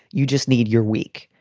you just need your week.